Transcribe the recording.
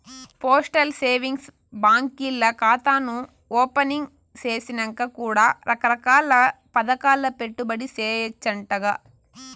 postal savings బాంకీల్ల కాతాను opening సేసినంక కూడా రకరకాల్ల పదకాల్ల పెట్టుబడి సేయచ్చంటగా